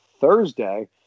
Thursday